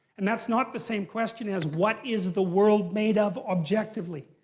and that's not the same question as what is the world made of objectively.